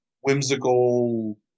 whimsical